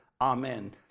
Amen